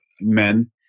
men